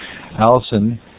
Allison